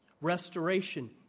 restoration